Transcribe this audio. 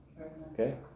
Okay